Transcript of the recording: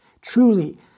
Truly